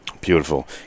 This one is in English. Beautiful